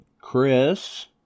Chris